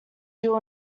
jill